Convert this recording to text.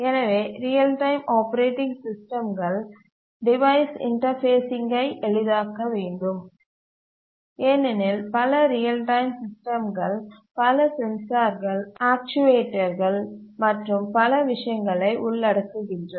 எனவே real time operating சிஸ்டம்கள் device இன்டர்பேஸிங்கை எளிதாக்க வேண்டும் ஏனெனில் பல ரியல் டைம் சிஸ்டம்கள் பல சென்சார்கள் ஆக்சுவேட்டர்கள் மற்றும் பல விஷயங்களை உள்ளடக்குகின்றன